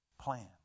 plan